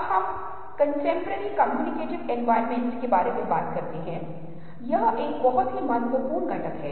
अब हम जल्दी से डेप्थ परसेप्शनपर जाते हैं और यह धारणा का महत्वपूर्ण पहलू है